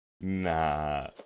nah